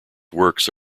works